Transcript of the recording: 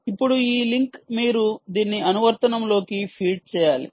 ఇప్పుడు ఈ లింక్ మీరు దీన్ని అనువర్తనంలోకి ఫీడ్ చేయాలి